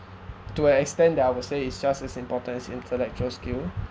to an extent that I will say it's just as important as intellectual skill